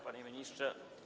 Panie Ministrze!